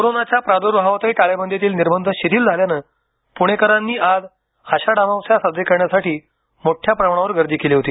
कोरोनाच्या प्रादुर्भावातही टाळेबंदीतील निर्बंध शिथिल झाल्यानं पुणेकरांनी आज आषाढ अमावस्या साजरी करण्यासाठी मोठ्या प्रमाणावर गर्दी केली होती